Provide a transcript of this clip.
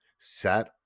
sat